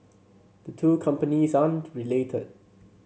the two companies aren't related